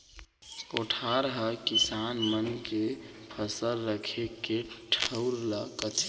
कोठार हकिसान मन के फसल रखे के ठउर ल कथें